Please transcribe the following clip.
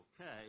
okay